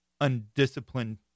undisciplined